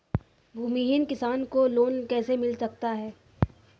भूमिहीन किसान को लोन कैसे मिल सकता है?